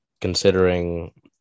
considering